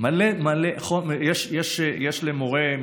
מלא חומר יש למורה.